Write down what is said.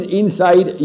inside